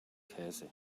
käse